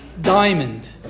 diamond